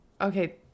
Okay